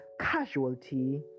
casualty